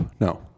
No